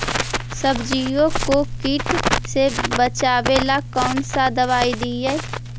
सब्जियों को किट से बचाबेला कौन सा दबाई दीए?